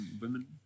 women